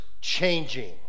changing